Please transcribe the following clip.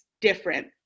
different